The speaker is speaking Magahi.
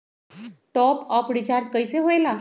टाँप अप रिचार्ज कइसे होएला?